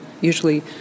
usually